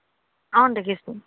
অ দেখিছোঁ